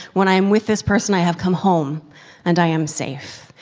when i'm with this person, i have come home and i am safe.